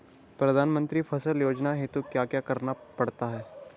प्रधानमंत्री फसल योजना हेतु क्या क्या करना पड़ता है?